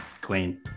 clean